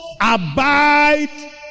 abide